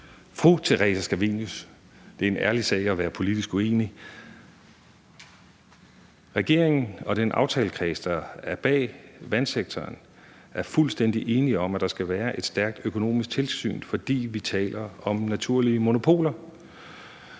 Fru Theresa Scavenius, det er en ærlig sag at være politisk uenige. Regeringen og den aftalekreds, der er bag aftalen om vandsektoren, er fuldstændig enige om, at der skal være et stærkt økonomisk tilsyn, fordi vi taler om naturlige monopoler.